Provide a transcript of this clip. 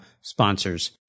sponsors